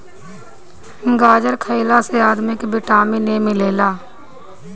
गाजर खइला से आदमी के विटामिन ए मिलेला